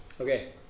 Okay